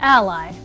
Ally